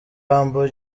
humble